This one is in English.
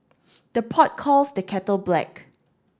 the pot calls the kettle black